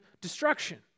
destruction